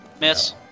Miss